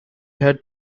had